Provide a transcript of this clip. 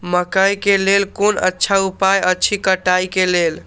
मकैय के लेल कोन अच्छा उपाय अछि कटाई के लेल?